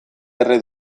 erre